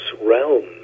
realm